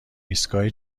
ایستگاه